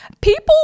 people